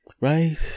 Right